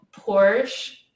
Porsche